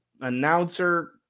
announcer